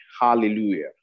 hallelujah